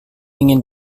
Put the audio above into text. ingin